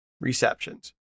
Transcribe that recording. receptions